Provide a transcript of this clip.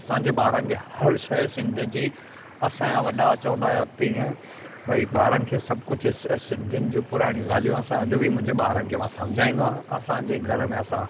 असांजे ॿारनि खे हर शइ सिंध जी असांजा वॾा चवंदा या तीअं भई ॿारनि खे सभु कुझु सिंधियुनि जो पुराणियूं ॻाल्हियूं असां अॼु बि मुंहिंजे ॿारनि खे मां सम्झाईंदो आहियां असांजे घर में असां